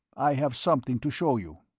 i have something to show you.